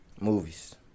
Movies